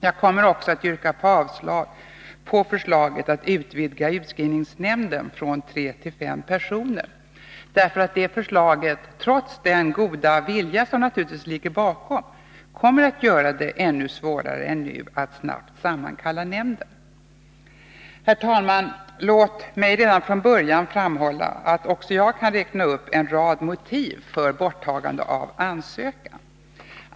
Jag kommer också att yrka avslag på förslaget att utvidga utskrivningsnämnden från tre till fem personer, därför att det förslaget — trots den goda viljan som naturligtvis ligger bakom —- kommer att göra det ännu svårare än nu att snabbt sammankalla nämnden. Herr talman! Låt mig redan från början framhålla att också jag kan räkna upp en lång rad motiv för borttagande av ansökan.